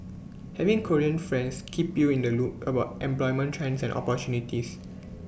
having Korean friends keep you in the loop about employment trends and opportunities